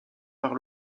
par